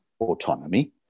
autonomy